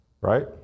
right